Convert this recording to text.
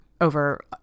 over